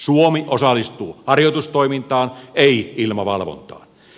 suomi osallistuu harjoitustoimintaan ei ilmavalvontaan